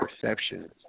perceptions